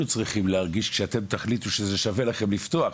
אנחנו צריכים להרגיש כשאתם תחליטו ששווה לכם לפתוח.